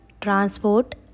transport